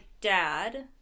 dad